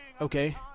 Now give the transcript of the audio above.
okay